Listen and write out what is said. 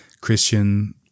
christian